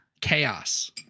Chaos